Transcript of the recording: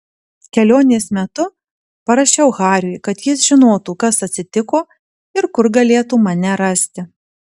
kelionės metu parašiau hariui kad jis žinotų kas atsitiko ir kur galėtų mane rasti